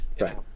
Right